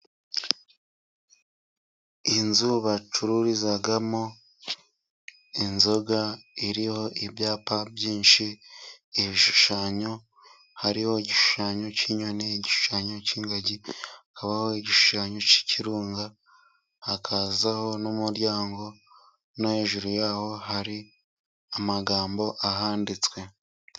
Inzu bacururizamo inzoga iriho ibyapa byinshi, ibishushanyo, hariho igishushanyo cy'inyoni, igishushanyo cy'ingagi, habaho igishushanyo cy'ikirunga, hakazaho n'umuryango, no hejuru yaho hari amagambo ahanditswe.